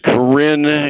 Corinne